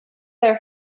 there